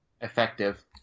Effective